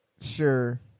Sure